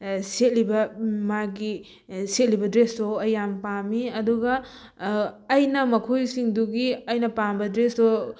ꯁꯦꯠꯂꯤꯕ ꯃꯥꯒꯤ ꯁꯦꯠꯂꯤꯕ ꯗ꯭ꯔꯦꯁꯇꯣ ꯑꯩ ꯌꯥꯝꯅ ꯄꯥꯝꯃꯤ ꯑꯗꯨꯒ ꯑꯩꯅ ꯃꯈꯣꯏꯁꯤꯡꯗꯨꯒꯤ ꯑꯩꯅ ꯄꯥꯝꯕ ꯗ꯭ꯔꯦꯁꯇꯣ